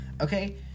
Okay